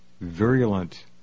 virulent